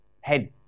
head